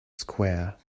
square